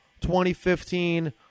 2015